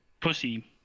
pussy